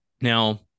Now